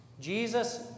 Jesus